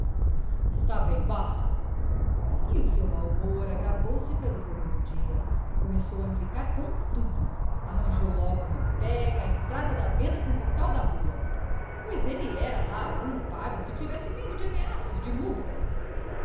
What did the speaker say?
stá bem basta e o seu mau humor agravou se pelo correr do dia começou a implicar com tudo arranjou logo uma pega à entrada da venda com o fiscal da rua pois ele era lá algum parvo que tivesse medo de ameaças de multas